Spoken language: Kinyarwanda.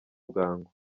bwangu